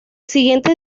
siguiente